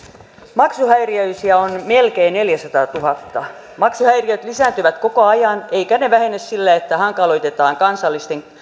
maksuhäiriöisiä on melkein neljäsataatuhatta maksuhäiriöt lisääntyvät koko ajan eivätkä ne vähene sillä että hankaloitetaan